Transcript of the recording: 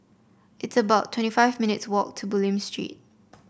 it's about twenty five minutes' walk to Bulim Street